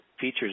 features